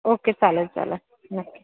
okay चालेल चालेल नक्की